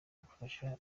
igufasha